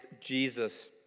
Jesus